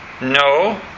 No